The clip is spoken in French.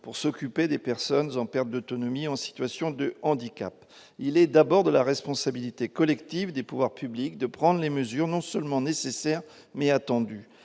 qui s'occupent des personnes en perte d'autonomie ou en situation de handicap. Il est de la responsabilité collective des pouvoirs publics de prendre des dispositions non seulement nécessaires, mais aussi attendues.